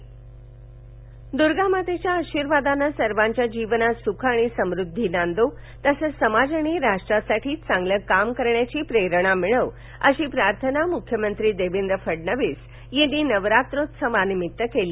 मख्यमंत्री नवरात्र दुर्गा मातेच्या आशीर्वादानं सर्वांच्या जीवनात सुख आणि समुद्दी नांदो तसंच समाज आणि राष्ट्रासाठी चांगलं काम करण्याची प्रेरणा मिळो अशी प्रार्थना मुख्यमंत्री देवेंद्र फडणवीस यांनी नवरात्रोत्सवानिमित्त केली